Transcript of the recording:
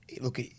Look